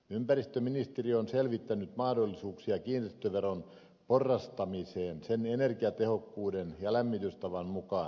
ympäristöministeriö on selvittänyt mahdollisuuksia kiinteistöveron porrastamiseen energiatehokkuuden ja lämmitystavan mukaan